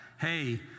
Hey